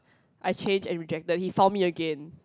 I changed and rejected he found me again